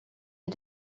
est